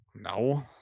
No